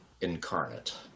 incarnate